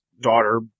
daughter